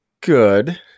good